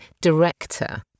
director